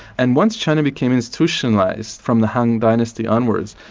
and once china became institutionalised from the hang dynasty onwards,